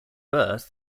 birth